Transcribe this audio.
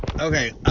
Okay